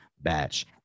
Batch